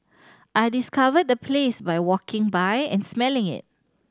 I discovered the place by walking by and smelling it